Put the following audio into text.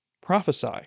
prophesy